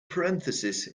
parentheses